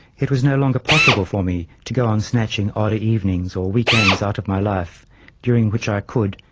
it was no longer possible for me to go on snatching odd evenings or weekends out of my life during which i could,